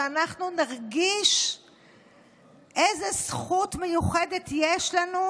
שאנחנו נרגיש איזו זכות מיוחדת יש לנו,